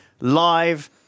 live